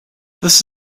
this